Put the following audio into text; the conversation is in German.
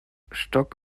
stock